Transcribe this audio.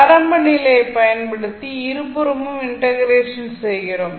ஆரம்ப நிலையை பயன்படுத்தி இருபுறமும் இன்டக்ரேஷன் செய்கிறோம்